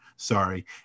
Sorry